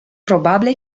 probable